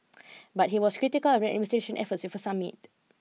but he was critical of administration's efforts with a summit